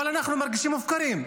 אבל אנחנו מרגישים מופקרים.